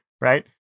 Right